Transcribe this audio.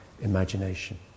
imagination